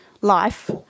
life